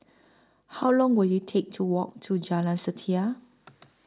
How Long Will IT Take to Walk to Jalan Setia